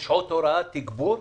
יש שעות הוראה תגבור,